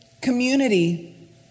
community